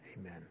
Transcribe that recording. Amen